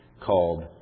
called